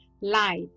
light